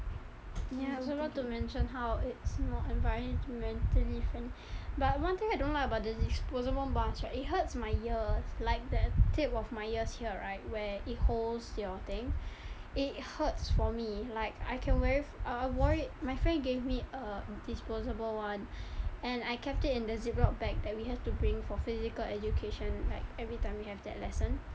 ya so not to mention how it's more environmentally friendly but one thing I don't like about the disposable mask right it hurts my ears like the tip of my ears here right where it holds your thing it hurts for me like I can wear it I wore it my friend gave me a disposable one and I kept it in the ziploc bag that we have to bring for physical education like every time we have that lesson